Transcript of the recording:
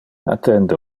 attende